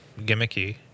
gimmicky